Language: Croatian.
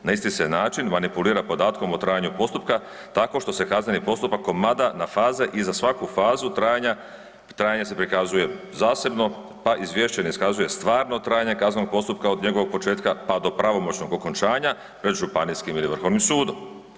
Na isti se način manipulira podatkom o trajanju postupka tako što se kazneni postupak komada na faze i za svaku fazu trajanja, trajanje se pokazuje zasebno, pa izvješće ne iskazuje stvarno trajanje kaznenog od njegovog početka do pravomoćnog okončanja pred županijskim ili Vrhovnim sudom.